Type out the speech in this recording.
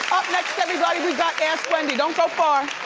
up next, everybody, we got ask wendy. don't go far.